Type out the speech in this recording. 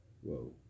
Whoa